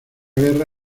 guerra